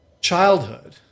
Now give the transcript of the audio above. childhood